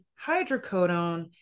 hydrocodone